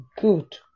good